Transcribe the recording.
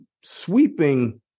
sweeping